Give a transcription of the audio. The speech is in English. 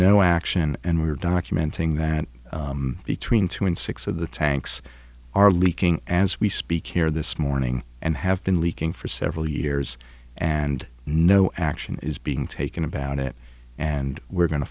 no action and we're documenting that between two and six of the tanks are leaking as we speak here this morning and have been leaking for several years and no action is being taken about it and we're going to